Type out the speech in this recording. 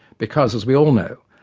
because, as we all know,